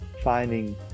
finding